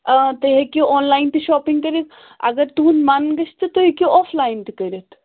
آ تُہۍ ہیکِو آن لایِن تہِ شاپِنٛگ کٔرِتھ اگر تُہُنٛد مَن گژھِ تہٕ تُہۍ ہیٚکِو آف لاین تہِ کٔرِتھ